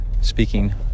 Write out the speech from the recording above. speaking